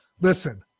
listen